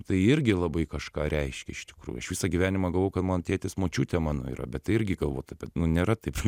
tai irgi labai kažką reiškia iš tikrųjų aš visą gyvenimą galvojau kad mano tėtis močiutė mano yra bet irgi galvot apie nėra taip